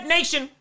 Nation